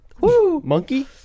Monkey